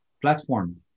platform